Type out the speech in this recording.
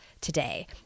today